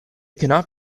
cannot